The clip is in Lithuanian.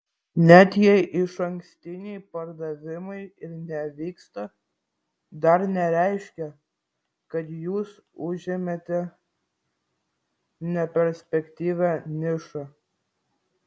net jei išankstiniai pardavimai ir nevyksta dar nereiškia kad jūs užėmėte neperspektyvią nišą